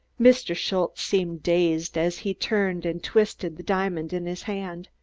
mr. schultze seemed dazed as he turned and twisted the diamond in his hand.